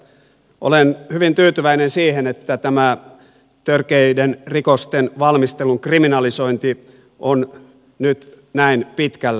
olen hyvin tyytyväinen siihen että tämä törkeiden rikosten valmistelun kriminalisointi on nyt näin pitkällä